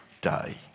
day